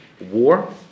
war